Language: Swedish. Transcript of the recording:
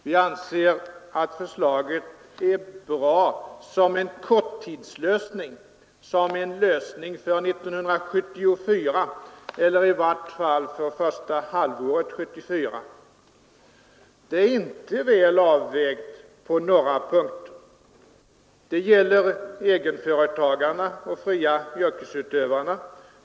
Vi anser att förslaget är bra som en korttidslösning, som en lösning för 1974 eller i vart fall första halvåret 1974. Det är på några punkter inte väl avvägt. Detta gäller egenföretagarna och de fria yrkesutövarna.